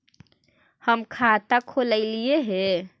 हम खाता खोलैलिये हे?